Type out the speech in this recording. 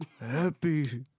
happy